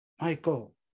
Michael